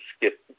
skip